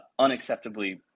unacceptably